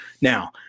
Now